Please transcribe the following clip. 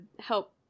help